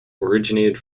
originated